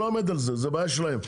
אני לא עומד על זה, זאת בעיה שלהם.